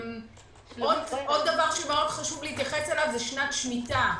עוד דבר שמאוד חשוב להתייחס אליו שנת שמיטה.